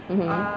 mmhmm